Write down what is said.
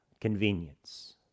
convenience